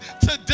today